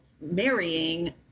marrying